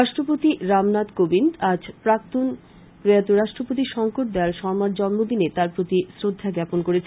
রাষ্ট্রপতি রামনাথ কোবিন্দ আজ প্রাক্তন প্রয়াত রাষ্ট্রপতি শংকর দয়াল শর্মার জন্মদিনে তার প্রতি শ্রদ্ধা জ্ঞাপন করেছেন